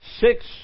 Six